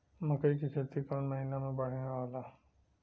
मकई के खेती कौन महीना में बढ़िया होला?